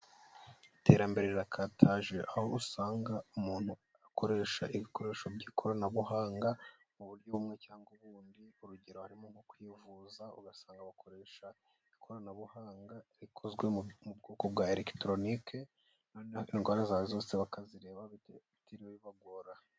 Iterambere rirakataje aho usanga umuntu akoresha ibikoresho by'ikoranabuhanga mu buryo bumwe cyangwa ubundi. Urugero, harimo nko kwivuza ugasanga bakoresha ikoranabuhanga rikozwe mu bwoko bwa elegitoronike indwara zawe zose bakazireba bitiriwe bibagora.